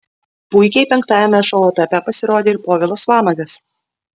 puikiai penktajame šou etape pasirodė ir povilas vanagas